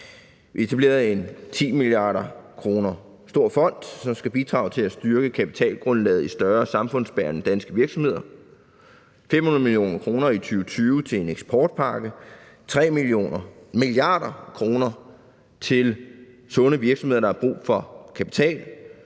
har etableret en 10 mia. kr. stor fond, som skal bidrage til at styrke kapitalgrundlaget i større samfundsbærende danske virksomheder; 500 mio. kr. i 2020 til en eksportpakke; 3 mia. kr. til sunde virksomheder, der har brug for kapital;